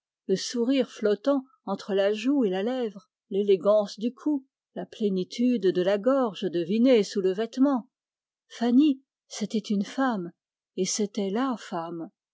le sourire flottant entre la joue et la lèvre l'élégance du cou la plénitude de la gorge devinée sous le vêtement fanny c'était une femme et c'était la femme